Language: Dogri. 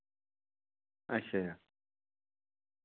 अच्छा